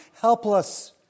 helpless